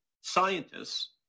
scientists